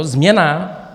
Změna